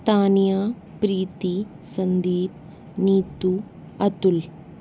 Tania Preeti Sandeep Neetu Atul